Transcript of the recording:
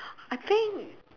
I think